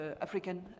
African